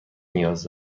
نیاز